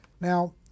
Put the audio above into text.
now